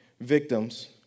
victims